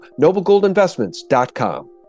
noblegoldinvestments.com